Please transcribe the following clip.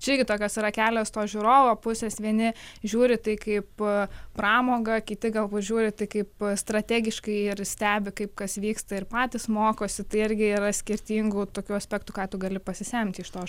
čia irgi tokios yra kelios to žiūrovo pusės vieni žiūri tai kaip pramogą kiti gal pažiūri tai kaip strategiškai ir stebi kaip kas vyksta ir patys mokosi tai argi yra skirtingų tokių aspektų ką tu gali pasisemti iš tos